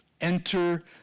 Enter